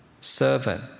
servant